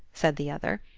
said the other,